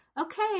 okay